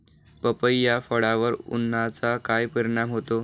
पपई या फळावर उन्हाचा काय परिणाम होतो?